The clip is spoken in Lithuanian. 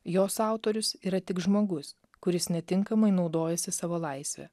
jos autorius yra tik žmogus kuris netinkamai naudojasi savo laisve